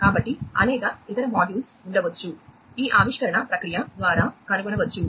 కాబట్టి అనేక ఇతర మాడ్యూల్స్ ఉండవచ్చు ఈ ఆవిష్కరణ ప్రక్రియ ద్వారా కనుగొనవచ్చు